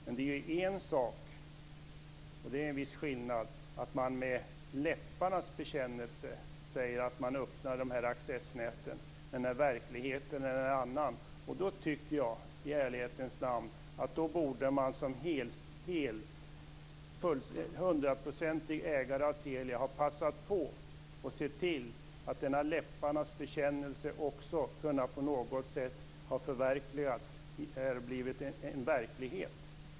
Men det är en sak - och det är en viss skillnad - att man med läpparnas bekännelse säger att man öppnar accessnäten när verkligheten är en annan. Då tycker jag i ärlighetens namn att man som 100 procentig ägare av Telia borde ha passat på och sett till att denna läpparnas bekännelse på något sätt också skulle ha kunnat bli verklighet.